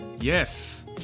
Yes